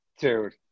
Dude